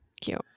Cute